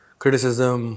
criticism